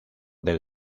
del